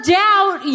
doubt